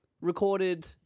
recorded